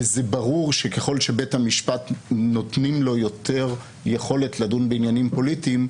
וזה ברור שככל שלבית המשפט נותנים יותר יכולת לדון בעניינים פוליטיים,